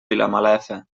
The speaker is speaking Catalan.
vilamalefa